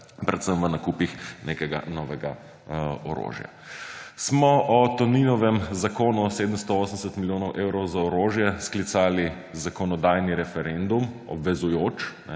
predvsem v nakupih nekega novega orožja. Smo o Toninovem zakonu, 780 milijonov evrov za orožje, sklicali zakonodajni referendum, obvezujoč,